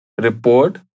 report